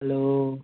hello